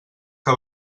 que